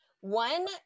One